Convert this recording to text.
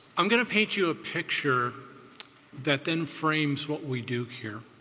i'm going to paint you a picture that then frames what we do here,